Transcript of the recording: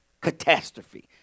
catastrophe